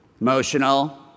Emotional